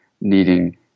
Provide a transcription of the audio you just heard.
needing